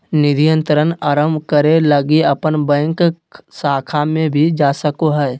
निधि अंतरण आरंभ करे लगी अपन बैंक शाखा में भी जा सको हो